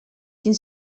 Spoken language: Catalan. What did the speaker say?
quin